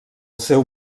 seu